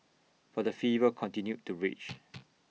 but the fever continued to rage